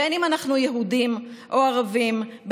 בין שאנחנו יהודים ובין ערבים,